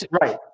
Right